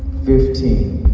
fifteen